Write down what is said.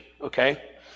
okay